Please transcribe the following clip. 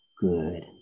good